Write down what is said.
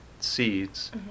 seeds